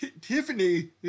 Tiffany